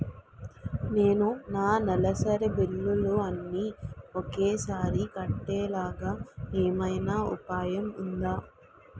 నేను నా నెలసరి బిల్లులు అన్ని ఒకేసారి కట్టేలాగా ఏమైనా ఉపాయం ఉందా?